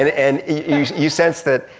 and and you sense that,